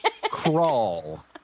Crawl